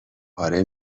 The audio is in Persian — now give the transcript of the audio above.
پاره